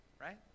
right